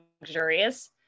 luxurious